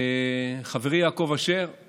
חברי יעקב אשר הוא